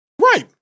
Right